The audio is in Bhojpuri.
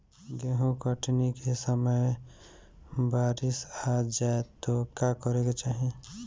गेहुँ कटनी के समय बारीस आ जाए तो का करे के चाही?